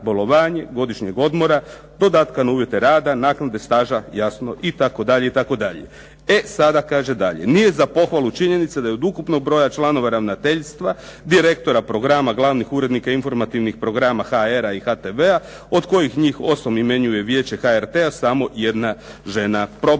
godišnjeg odmora, dodatka na uvjete rada, naknade staža jasno itd., itd. E sada kaže dalje, nije za pohvalu činjenica da je od ukupnog broja članova ravnateljstva, direktora programa, glavnih urednika informativnih programa HR-a i HTV-a od kojih njih 8 imenuje Vijeće HRT-a, samo jedna žena. Problem je to,